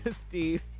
Steve